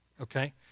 okay